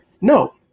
no